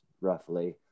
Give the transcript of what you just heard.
roughly